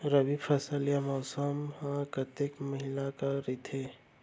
रबि फसल या मौसम हा कतेक महिना हा रहिथे?